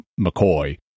McCoy